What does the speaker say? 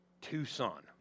Tucson